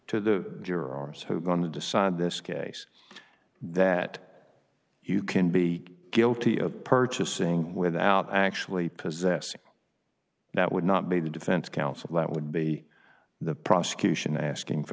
to the jurors who are going to decide this case that you can be guilty of purchasing without actually possessing that would not be the defense counsel that would be the prosecution asking for